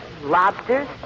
Lobsters